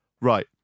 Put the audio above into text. right